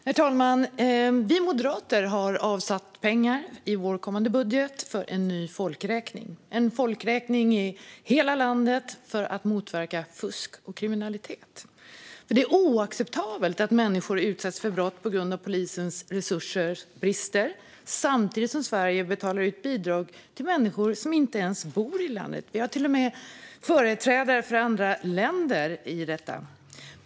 Herr talman! Vi moderater har i vår kommande budget avsatt pengar för en ny folkräkning i hela landet för att motverka fusk och kriminalitet. Det är oacceptabelt att människor utsätts för brott på grund av att polisens resurser brister, samtidigt som Sverige betalar ut bidrag till människor som inte ens bor i landet. Vi ser att det till och med kan handla om företrädare för andra länder.